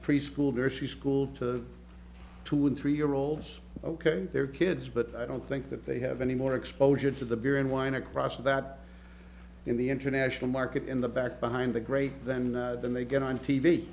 preschool there she school two and three year olds ok their kids but i don't think that they have any more exposure to the beer and wine across that in the international market in the back behind the great then than they get on t